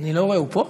אני לא רואה, הוא פה?